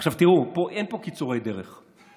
עכשיו תראו, אין פה קיצורי דרך.